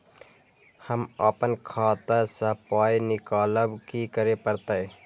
हम आपन खाता स पाय निकालब की करे परतै?